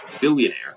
billionaire